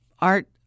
art